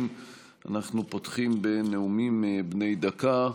אנחנו פותחים בנאומים בני דקה.